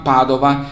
Padova